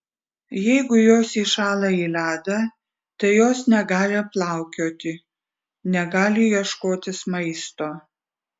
jeigu jos įšąla į ledą tai jos negali plaukioti negali ieškotis maisto